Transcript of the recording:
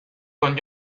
con